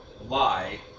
lie